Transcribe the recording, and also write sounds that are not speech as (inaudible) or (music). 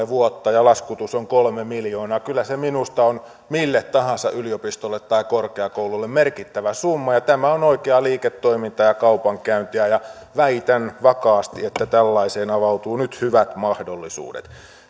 (unintelligible) vuotta ja laskutus on kolme miljoonaa kyllä se minusta on mille tahansa yliopistolle tai korkeakoululle merkittävä summa ja tämä on oikeaa liiketoimintaa ja kaupankäyntiä väitän vakaasti että tällaiseen avautuu nyt hyvät mahdollisuudet